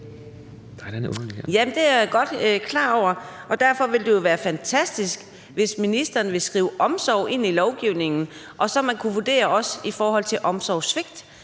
det er jeg godt klar over. Og derfor ville det jo være fantastisk, hvis ministeren ville skrive omsorg ind i lovgivningen, så man også kunne vurdere i forhold til omsorgssvigt.